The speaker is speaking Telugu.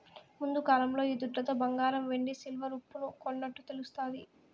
ముందుకాలంలో ఈ దుడ్లతో బంగారం వెండి సిల్వర్ ఉప్పును కొన్నట్టు తెలుస్తాది